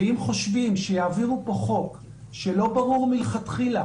אם חושבים שיעבירו כאן חוק שלא ברור מלכתחילה